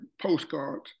postcards